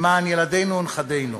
למען ילדינו ונכדינו,